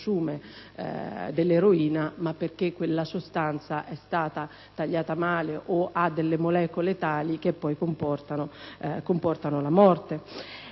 perché si assume dell'eroina ma perché quella sostanza è stata tagliata male o ha delle molecole tali che poi comportano la morte.